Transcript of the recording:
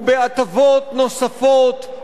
ובהטבות נוספות,